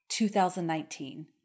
2019